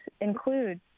include